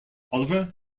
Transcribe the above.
oliver